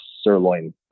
sirloin